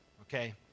okay